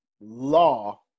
law